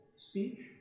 speech